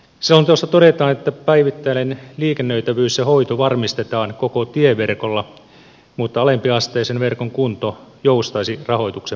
selonteossa todetaan että päivittäinen liikennöitävyys ja hoito varmistetaan koko tieverkolla mutta alempiasteisen verkon kunto joustaisi rahoituksen mukaan